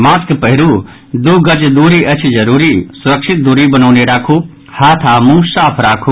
mask पहिरू दू गज दूरी अछि जरूरी सुरक्षित दूरी बनौने राखू हाथ आ मुंह साफ राखू